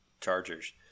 Chargers